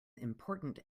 important